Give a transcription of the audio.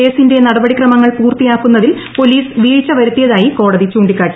കേസ്സിന്റെ നടപടിക്രമങ്ങൾ പൂർത്തിയാക്കുന്നതിൽ പൊലീസ് വീഴ്ച വരുത്തിയതായി കോടതി ചൂണ്ടിക്കാട്ടി